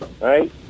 right